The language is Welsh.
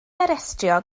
arestio